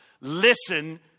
Listen